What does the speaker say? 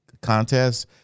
contest